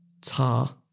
Tar